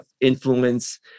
influence